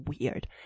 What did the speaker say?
weird